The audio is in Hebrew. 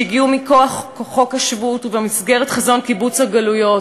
שהגיעו מכוח חוק השבות ובמסגרת חזון קיבוץ הגלויות,